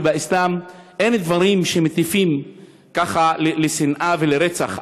בקוראן ובאסלאם אין דברים שמטיפים ככה לשנאה ולרצח,